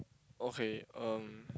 okay uh